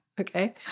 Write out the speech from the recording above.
Okay